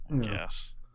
Yes